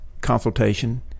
consultation